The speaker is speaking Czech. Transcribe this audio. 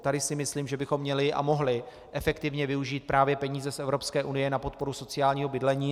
Tady si myslím, že bychom měli a mohli efektivně využít právě peníze z Evropské unie na podporu sociálního bydlení.